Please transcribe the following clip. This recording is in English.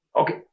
Okay